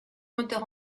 moteur